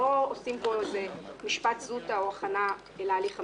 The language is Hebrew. לא עושים פה משפט זוטא או הכנה להליך המשפטי.